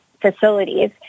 facilities